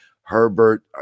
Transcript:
Herbert